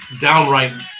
downright